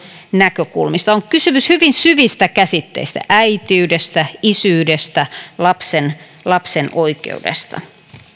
ja ihmisoikeusnäkökulmista on kysymys hyvin syvistä käsitteistä äitiydestä isyydestä lapsen lapsen oikeudesta